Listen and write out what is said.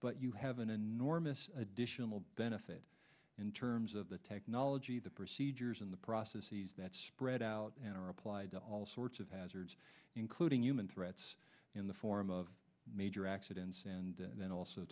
but you have an enormous additional benefit in terms of the technology the procedures and the processes that spread out and are applied to all sorts of hazards including human threats in the form of major accidents and then also